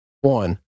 one